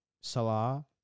Salah